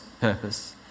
purpose